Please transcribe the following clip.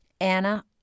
Anna